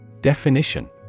Definition